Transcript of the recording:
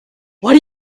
what